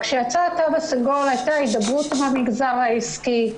רק כשיצא התו הסגול הייתה הידברות עם המגזר העסקי,